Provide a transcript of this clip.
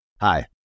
Hi